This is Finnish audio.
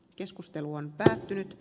keskustelu on päättynyt